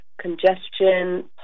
congestion